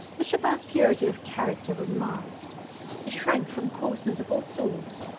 but chopin's purity of character was marked he shrank from coarseness of all sorts,